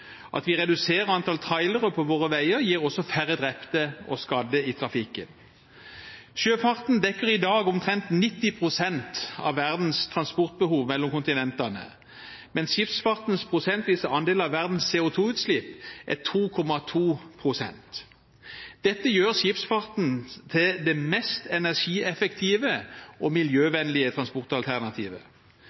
At vi reduserer antall trailere på våre veier, gir også færre drepte og skadde i trafikken. Sjøfarten dekker i dag omtrent 90 pst. av verdens transportbehov mellom kontinentene, mens skipsfartens prosentvise andel av verdens CO2-utslipp er 2,2 pst. Dette gjør skipsfarten til det mest energieffektive og miljøvennlige